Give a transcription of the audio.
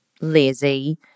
lazy